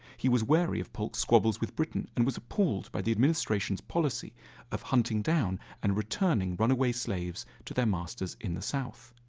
he was wary of polk's squabbles with britain and was appalled by the administration's policy of hunting down and returning runaway slaves to their masters in the south.